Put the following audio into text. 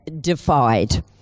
defied